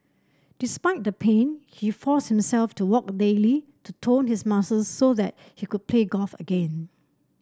despite the pain he forced himself to walk daily to tone his muscles so that he could play golf again